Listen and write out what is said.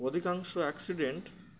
অধিকাংশ অ্যাক্সিডেন্ট